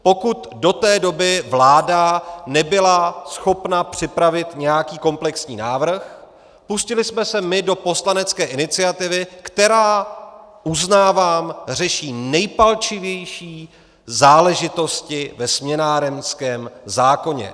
Pokud do té doby vláda nebyla schopna připravit nějaký komplexní návrh, pustili jsme se my do poslanecké iniciativy, která uznávám řeší nejpalčivější záležitosti ve směnárenském zákoně.